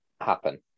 happen